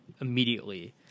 immediately